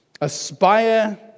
Aspire